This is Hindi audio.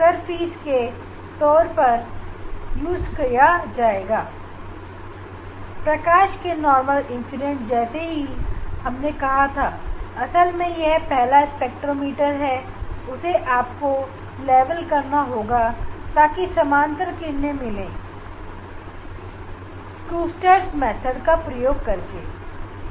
जैसे कि मैं आपको पहले भी बता चुका हूं कि सबसे पहले हमें स्पेक्ट्रोमीटर को सपाट करना होगा और उसके बाद समानांतर किरणें प्राप्त करने के लिए तनाव विधि का प्रयोग करना होगा